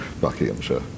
Buckinghamshire